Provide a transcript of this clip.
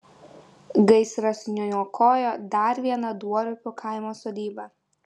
gaisras nuniokojo dar vieną duorpių kaimo sodybą